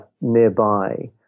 nearby